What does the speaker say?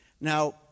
Now